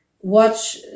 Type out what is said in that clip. Watch